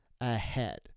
ahead